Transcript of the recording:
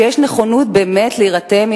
שיש נכונות באמת להירתם.